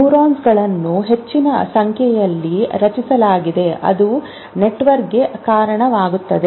ನ್ಯೂರಾನ್ಗಳನ್ನು ಹೆಚ್ಚಿನ ಸಂಖ್ಯೆಯಲ್ಲಿ ರಚಿಸಲಾಗಿದೆ ಅದು ನೆಟ್ವರ್ಕ್ಗೆ ಕಾರಣವಾಗುತ್ತದೆ